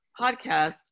podcast